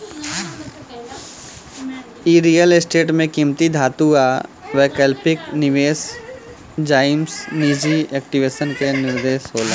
इ real estate में किमती धातु आ वैकल्पिक निवेश जइसन निजी इक्विटी में निवेश होला